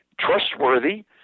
Trustworthy